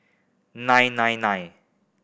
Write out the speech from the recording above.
nine nine nine